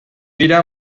dira